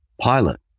pilot